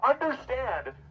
Understand